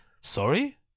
sorry